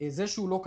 אני אפידמיולוג,